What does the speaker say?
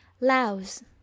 Laos